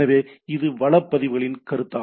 எனவே இது வள பதிவுகளின் கருத்து